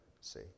see